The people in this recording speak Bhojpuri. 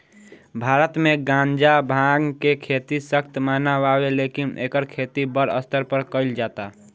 भारत मे गांजा, भांग के खेती सख्त मना बावे लेकिन एकर खेती बड़ स्तर पर कइल जाता